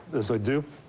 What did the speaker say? as i do.